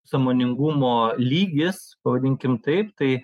sąmoningumo lygis pavadinkim taip tai